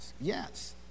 Yes